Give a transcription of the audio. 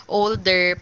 older